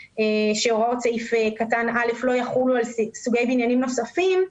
שהוראות סעיף קטן (א) לא יחולו על סוגי בניינים נוספים".